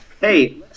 Hey